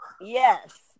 Yes